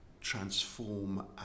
transform